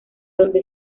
donde